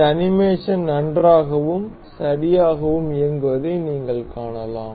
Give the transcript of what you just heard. இந்த அனிமேஷன் நன்றாகவும் சரியாகவும் இயங்குவதை நீங்கள் காணலாம்